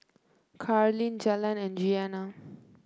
Carlene Jalen and Jeana